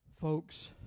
Folks